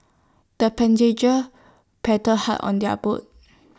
the paddled hard on their boat